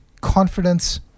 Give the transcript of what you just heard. confidence